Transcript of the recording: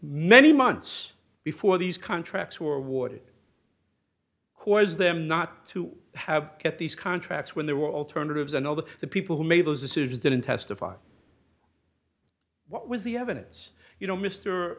many months before these contracts were awarded who was them not to have kept these contracts when there were alternatives and all the the people who made those decisions didn't testify what was the evidence you know mr